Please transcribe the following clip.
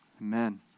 Amen